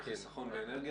בהחלט.